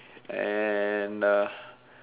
and